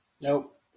Nope